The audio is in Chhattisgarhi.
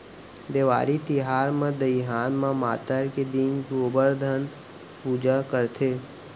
देवारी तिहार म दइहान म मातर के दिन गोबरधन पूजा करथे